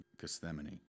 Gethsemane